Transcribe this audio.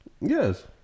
Yes